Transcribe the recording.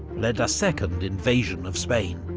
led a second invasion of spain.